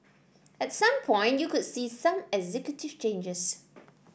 at some point you could see some executive changes